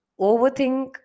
overthink